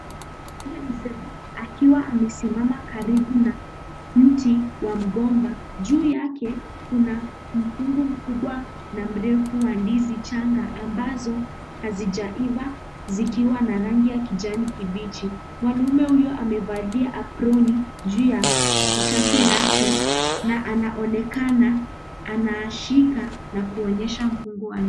Mzee, akiwa amesimama karibu na mti wa mgomba, juu yake, kuna mkungu mkubwa wa ndizi changa, ambazo hazijaiva, na zina rangi ya kijani kibichi. Mwanaume huyo amevalia aproni juu ya tishati lake, na anashika kuonyesha mkungu.